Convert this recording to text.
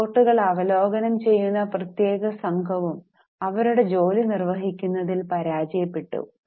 റിപ്പോർട്ടുകൾ അവലോകനം ചെയ്യുന്ന പ്രത്യേക സംഘവും അവരുടെ ജോലി നിർവഹിക്കുന്നതിൽ പരാജയപ്പെട്ടു